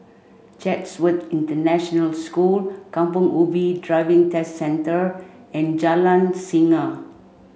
Chatsworth International School Kampong Ubi Driving Test Centre and Jalan Singa